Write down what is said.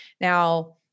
Now